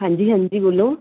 ਹਾਂਜੀ ਹਾਂਜੀ ਬੋਲੋ